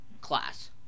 class